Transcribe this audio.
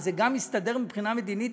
אם זה גם מסתדר מבחינה מדינית,